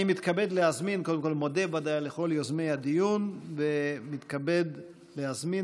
אני מודה לכל יוזמי הדיון ומתכבד להזמין